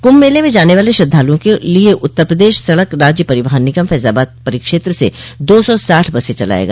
कुंभ मेले में जाने वाले श्रद्धालुओं के लिए उत्तर प्रदेश सड़क राज्य परिवहन निगम फ़ैजाबाद परिक्षेत्र से दो सौ साठ बसें चलायेगा